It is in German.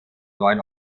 neun